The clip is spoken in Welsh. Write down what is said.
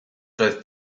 doedd